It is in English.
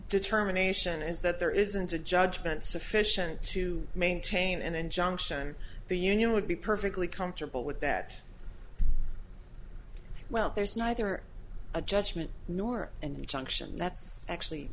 determination is that there isn't a judgment sufficient to maintain an injunction the union would be perfectly comfortable with that well there's neither a judgment nor and the junction that's actually